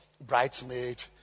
bridesmaid